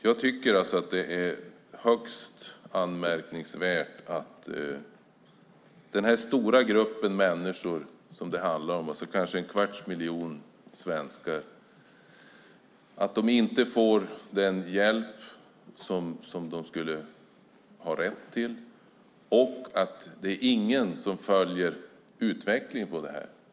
Jag tycker alltså att det är högst anmärkningsvärt att den stora grupp människor som det handlar om - kanske en kvarts miljon svenskar - inte får den hjälp som de skulle ha rätt till och att ingen följer utvecklingen på området.